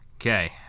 Okay